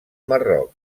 marroc